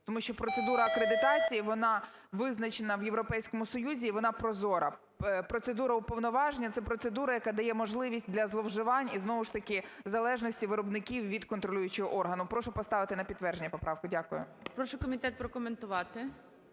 Тому що процедура акредитації вона визначена в Європейському Союзі і вона прозора. Процедура уповноваження – це процедура, яка дає можливість для зловживань і, знову ж таки, залежності виробників від контролюючого органу. Прошу поставити на підтвердження поправку. Дякую. ГОЛОВУЮЧИЙ. Прошу комітет прокоментувати.